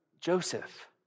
Joseph